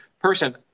person